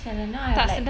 !siala! now I'm like